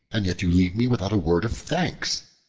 and yet you leave me without a word of thanks.